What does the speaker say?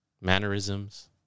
Mannerisms